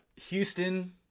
Houston